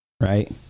right